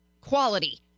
quality